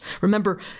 Remember